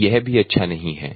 तो यह भी अच्छा नहीं है